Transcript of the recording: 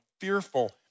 fearful